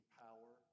power